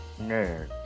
nerd